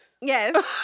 Yes